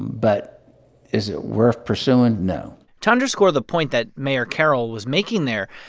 but is it worth pursuing? no to underscore the point that mayor carroll was making there,